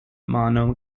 mono